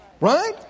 Right